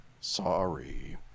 Sorry